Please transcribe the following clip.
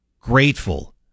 grateful